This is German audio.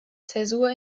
zäsur